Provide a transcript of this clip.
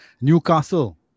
Newcastle